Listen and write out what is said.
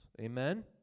Amen